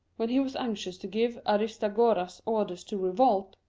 when he was anxious to give aris tagoras orders to revolt,